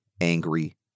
angry